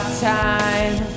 time